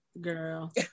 girl